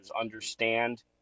understand